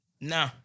No